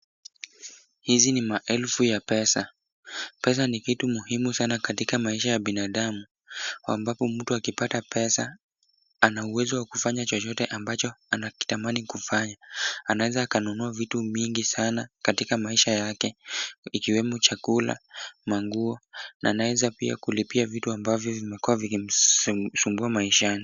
Hizi ni maelfu ya pesa. Pesa ni kitu muhimu sana katika maisha ya binadamu ambapo mtu akipata pesa ana uwezo wa kufanya chochote ambacho anakitamani kufanya. Anaweza akanunua mingi sana katika maisha yake ikiwemo chakula, manguo na anaweza pia kulipia vitu ambavyo vimekuwa vikimsumbua maishani.